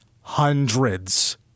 Hundreds